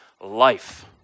life